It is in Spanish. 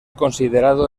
considerado